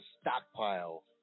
stockpile